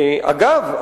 אגב,